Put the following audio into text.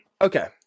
Okay